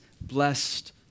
blessed